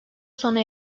sona